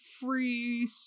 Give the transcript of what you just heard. free